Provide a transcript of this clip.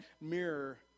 mirror